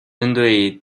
针对